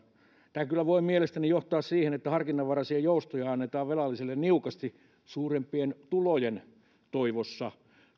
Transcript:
tämä kyllä voi mielestäni johtaa siihen että harkinnanvaraisia joustoja annetaan velalliselle niukasti suurempien tulojen toivossa